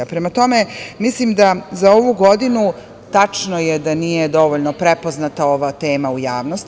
Prema tome, mislim da je za ovu godinu tačno da nije dovoljno prepoznata ova tema u javnosti.